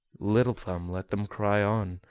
little thumb let them cry on,